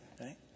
right